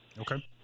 Okay